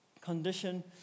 condition